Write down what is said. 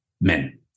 men